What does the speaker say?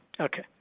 Okay